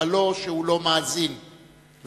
אבל לא שהוא לא מאזין ומבין,